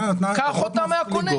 קח אותן מהקונה.